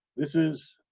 this is,